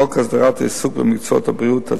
חוק הסדרת העיסוק במקצועות הבריאות,